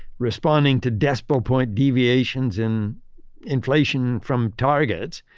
responding to decimal point deviations in inflation from targets.